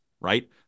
right